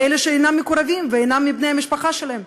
לאלה שאינם מקורבים ואינם מבני המשפחה שלהם?